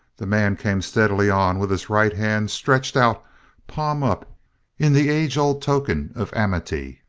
the man came steadily on with his right hand stretched out palm up in the age-old token of amity,